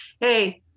hey